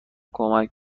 کمک